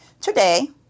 Today